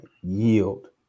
yield